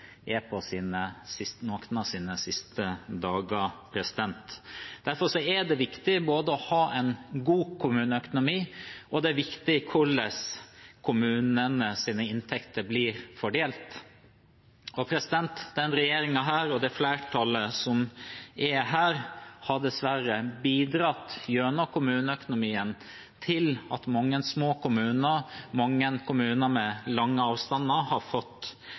noen av sine siste dager. Derfor er det viktig både å ha en god kommuneøkonomi og hvordan kommunenes inntekter blir fordelt. Denne regjeringen og dette flertallet har dessverre bidratt, gjennom kommuneøkonomien, til at mange små kommuner og mange kommuner med lange avstander har fått